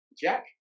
Jack